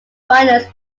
finalized